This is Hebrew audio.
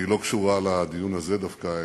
היא לא קשורה לדיון הזה דווקא,